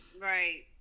right